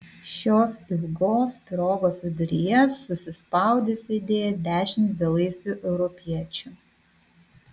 šios ilgos pirogos viduryje susispaudę sėdėjo dešimt belaisvių europiečių